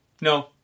No